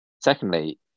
secondly